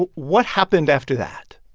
what happened after that?